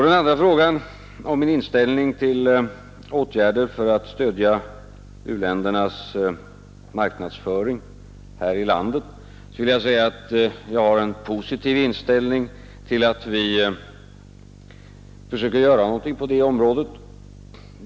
Den andra frågan gällde åtgärder för att stödja u-ländernas marknadsföring här i landet. Jag har en positiv inställning till att vi försöker göra något på detta området.